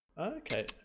Okay